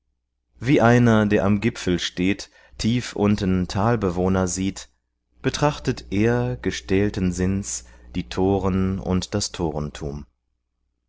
wie einer der am gipfel steht tief unten talbewohner sieht betrachtet er gestählten sinns die toren und das torentum